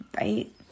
right